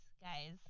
Guys